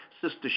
Sister